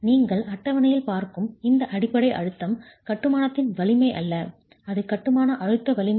நீங்கள் அட்டவணையில் பார்க்கும் இந்த அடிப்படை அழுத்தம் கட்டுமானத்தின் வலிமை அல்ல அது கட்டுமான அழுத்த வலிமை அல்ல